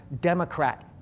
Democrat